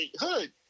hood